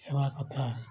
ଦେବା କଥା